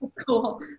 cool